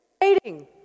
waiting